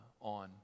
on